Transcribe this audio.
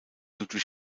ludwig